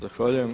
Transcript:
Zahvaljujem.